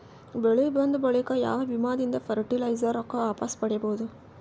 ಬೆಳಿ ಬಂದ ಬಳಿಕ ಯಾವ ವಿಮಾ ದಿಂದ ಫರಟಿಲೈಜರ ರೊಕ್ಕ ವಾಪಸ್ ಪಡಿಬಹುದು?